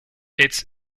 its